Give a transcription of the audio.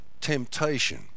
temptation